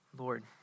Lord